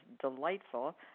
delightful